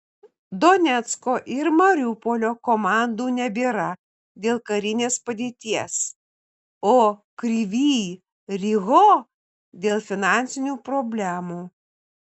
donecko ir mariupolio komandų nebėra dėl karinės padėties o kryvyj riho dėl finansinių problemų